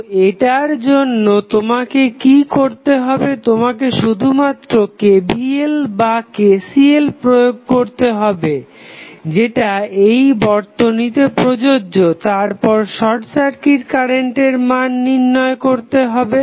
তো এটার জন্য তোমাকে কি করতে হবে তোমাকে শুধুমাত্র KVL বা KCL প্রয়োগ করতে হবে যেটা এই বর্তনীতে প্রযোজ্য তারপর শর্ট সার্কিট কারেন্টের মান নির্ণয় করতে হবে